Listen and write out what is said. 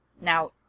Now